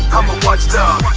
i'm a watchdog